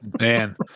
man